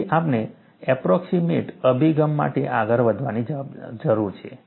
તેથી આપણે એપ્રોક્સીમેટ અભિગમ માટે આગળ વધવાની જરૂર છે